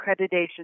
Accreditation